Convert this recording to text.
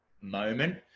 moment